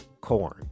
corn